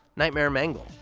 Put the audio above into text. nightmare mangle.